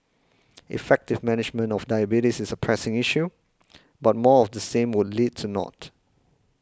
effective management of diabetes is a pressing issue but more of the same would lead to naught